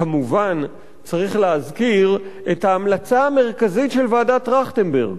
כמובן צריך להזכיר את ההמלצה המרכזית של ועדת-טרכטנברג.